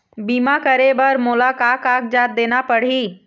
बीमा करे बर मोला का कागजात देना पड़ही?